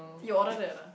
you order that ah